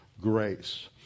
grace